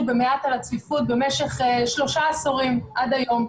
במעט על הצפיפות במשך שלושה עשורים עד היום.